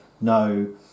no